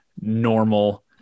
normal